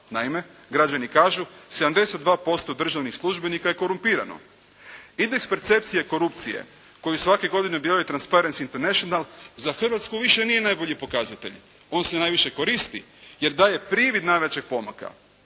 Naime, građani kažu 72% državnih službenika je korumpirano. Indeks percepcije korupcije koju svake godine objavljuje "Transparency International" za Hrvatsku više nije najbolji pokazatelj. On se najviše koristi jer daje privid najvećeg pomaka.